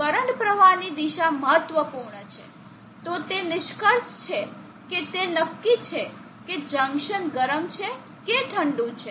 current પ્રવાહની દિશા મહત્વપૂર્ણ છે તો તે એક નિષ્કર્ષ છે કે તે નક્કી કરે છે કે જંકશન ગરમ છે કે ઠંડુ છે